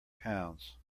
pounds